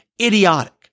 idiotic